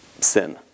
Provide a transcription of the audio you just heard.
sin